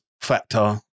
factor